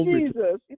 Jesus